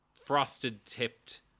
frosted-tipped